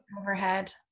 overhead